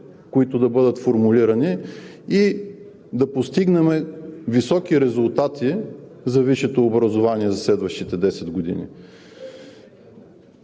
които да бъдат формулирани, и да постигнем високи резултати за висшето образование за следващите 10 години.